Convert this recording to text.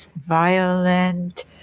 violent